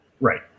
Right